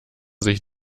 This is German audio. sich